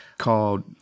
Called